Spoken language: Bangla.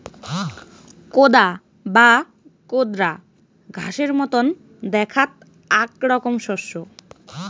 কোদা বা কোদরা ঘাসের মতন দ্যাখাত আক রকম শস্য